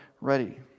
ready